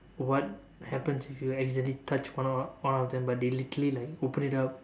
what happens if you accidentally touch one of them but they literally like open it up